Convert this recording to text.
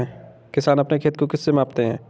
किसान अपने खेत को किससे मापते हैं?